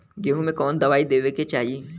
गेहूँ मे कवन दवाई देवे के चाही?